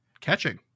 Catching